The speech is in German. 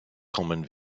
kommen